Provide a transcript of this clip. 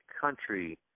country